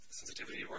sensitivity